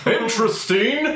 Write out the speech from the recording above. Interesting